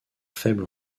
faible